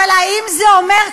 אבל האם זה אומר,